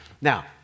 Now